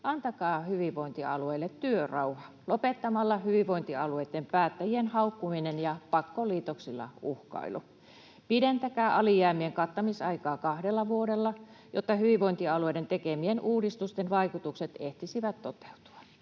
antakaa hyvinvointialueille työrauha lopettamalla hyvinvointialueitten päättäjien haukkuminen ja pakkoliitoksilla uhkailu. Pidentäkää alijäämien kattamisaikaa kahdella vuodella, jotta hyvinvointialueiden tekemien uudistusten vaikutukset ehtisivät toteutua.